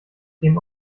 dem